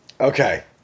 Okay